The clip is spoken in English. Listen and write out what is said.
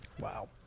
Wow